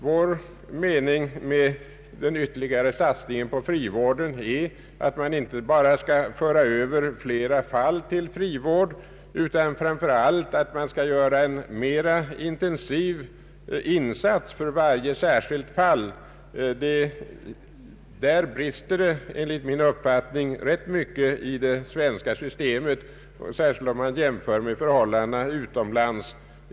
Vår mening med den av oss föreslagna ytterligare satsningen på frivården är att man inte bara skall föra över flera fall till frivård, utan framför allt att man skall göra en mer intensiv insats i varje särskilt fall. Där brister det enligt min uppfattning rätt mycket i det svenska systemet, särskilt om man jämför med förhållandena utomlands.